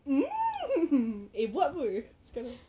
mm hmm hmm eh buat apa sekarang